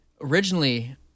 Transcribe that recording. originally